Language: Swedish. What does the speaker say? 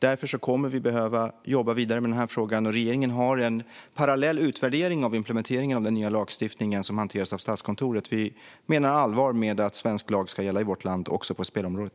Därför kommer vi att behöva jobba vidare med frågan. Regeringen har en parallell utvärdering av implementeringen av den nya lagstiftningen. Denna hanteras av Statskontoret. Vi menar allvar med att svensk lag ska gälla i vårt land även på spelområdet.